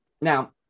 Now